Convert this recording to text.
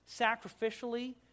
sacrificially